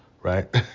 right